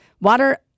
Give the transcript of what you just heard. Water